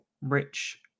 Rich